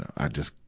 i just,